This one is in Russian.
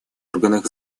органах